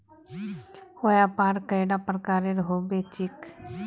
व्यापार कैडा प्रकारेर होबे चेक?